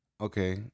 Okay